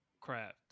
craft